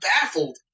baffled